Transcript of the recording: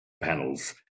panels